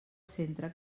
centre